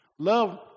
Love